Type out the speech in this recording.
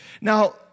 Now